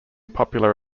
popular